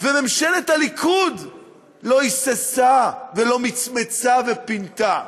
וממשלת הליכוד לא היססה, ולא מצמצה, ופינתה,